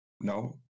No